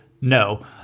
no